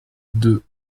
deux